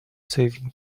saving